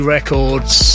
Records